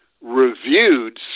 reviewed